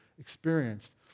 experienced